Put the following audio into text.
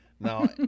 Now